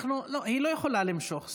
היא לא יכולה למשוך.